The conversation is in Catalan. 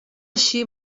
així